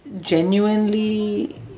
genuinely